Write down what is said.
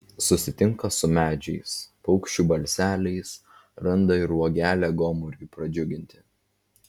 susitinka su medžiais paukščių balseliais randa ir uogelę gomuriui pradžiuginti